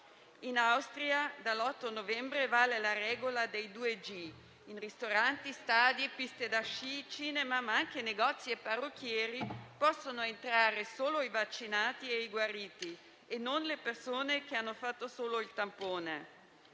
In Austria, dall'8 novembre vale la regola del 2G. In ristoranti, stadi, piste da sci, cinema, ma anche negozi e parrucchieri possono entrare solo i vaccinati e i guariti e non le persone che hanno fatto solo il tampone.